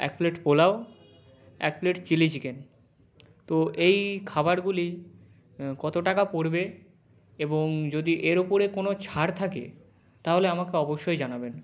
এক প্লেট পোলাও এক plate chilli chicken তো এই খাবারগুলি কতো টাকা পড়বে এবং যদি এর ওপরে কোনো ছাড় থাকে তাহলে আমাকে অবশ্যই জানাবেন